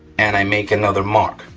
and i make another mark,